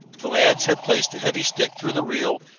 the lads had placed a heavy stick through the reel,